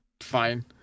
Fine